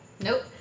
nope